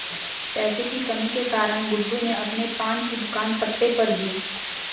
पैसे की कमी के कारण गुड्डू ने अपने पान की दुकान पट्टे पर दी